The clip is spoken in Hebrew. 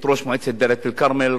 את ראש מועצת דאלית-אל-כרמל,